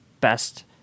best